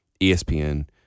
ESPN